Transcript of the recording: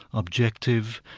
objective,